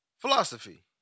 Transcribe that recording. Philosophy